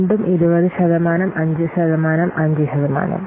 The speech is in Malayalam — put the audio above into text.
വീണ്ടും 20 ശതമാനം 5 ശതമാനം 5 ശതമാനം